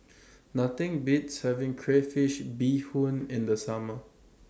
Nothing Beats having Crayfish Beehoon in The Summer